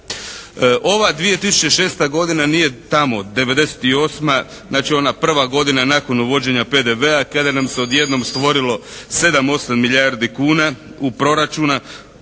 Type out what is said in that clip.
Ova 2006. godina nije tamo 98., znači ona prva godina nakon uvođenja PDV-a kada nam se odjednom stvorilo 7-8 milijardi kuna u proračunu